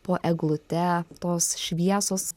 po eglute tos šviesos